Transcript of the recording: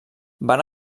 van